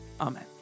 Amen